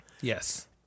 Yes